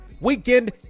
weekend